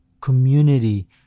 community